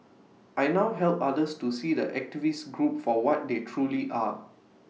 I now help others to see the activist group for what they truly are